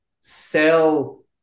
sell